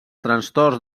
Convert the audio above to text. trastorns